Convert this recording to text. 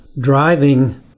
driving